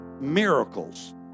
Miracles